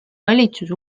valitsus